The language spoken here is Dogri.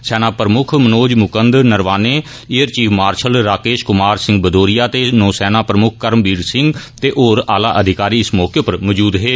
सेना प्रमुक्ख Manoj Mukund Naravane air chief marshal Rakesh Kumar Singh Bhadauria ते नौसेना प्रमुक्ख कर्मवीर सिंह ते होर आला अधिकारी इस मौके पर मौजूद हे